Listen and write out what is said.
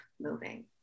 moving